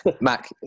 Mac